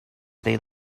they